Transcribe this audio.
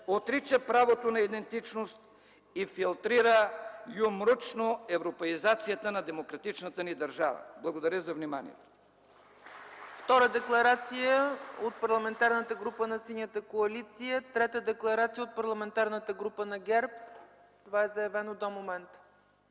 отрича правото на идентичност и филтрира юмручно европеизацията на демократичната ни държава. Благодаря за вниманието.